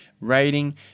rating